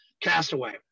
Castaway